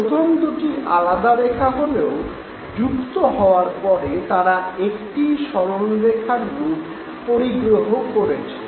প্রথমে দু'টি আলাদা রেখা হলেও যুক্ত হওয়ার পরে তারা একটিই সরলরেখার রূপ পরিগ্রহ করেছে